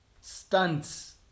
stunts